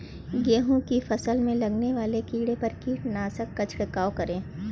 गेहूँ की फसल में लगने वाले कीड़े पर किस कीटनाशक का छिड़काव करें?